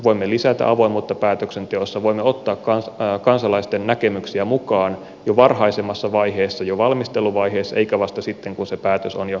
voimme lisätä avoimuutta päätöksenteossa voimme ottaa kansalaisten näkemyksiä mukaan jo varhaisemmassa vaiheessa jo valmisteluvaiheessa eikä vasta sitten kun se päätös on jo loppusuoralla